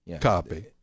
copy